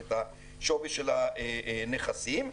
את השווי של הנכסים.